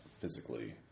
physically